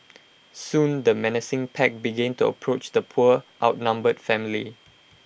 soon the menacing pack began to approach the poor outnumbered family